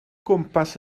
gwmpas